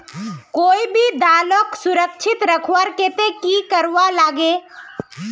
कोई भी दालोक सुरक्षित रखवार केते की करवार लगे?